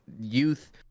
youth